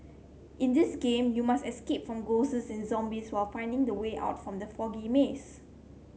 in this game you must escape from ghosts and zombies while finding the way out from the foggy maze